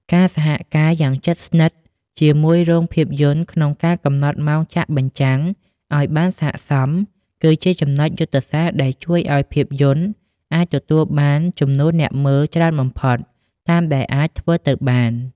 ការសហការយ៉ាងជិតស្និទ្ធជាមួយរោងភាពយន្តក្នុងការកំណត់ម៉ោងចាក់បញ្ចាំងឱ្យបានស័ក្តិសម គឺជាចំណុចយុទ្ធសាស្ត្រដែលជួយឱ្យភាពយន្តអាចទទួលបានចំនួនអ្នកមើលច្រើនបំផុតតាមដែលអាចធ្វើទៅបាន។